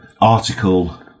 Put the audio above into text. Article